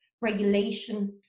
regulation